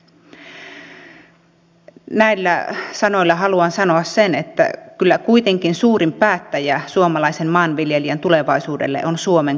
näillä sanoilla haluan sanoa sen että kyllä kuitenkin suurin päättäjä suomalaisen maanviljelijän tulevaisuudesta on suomen kansa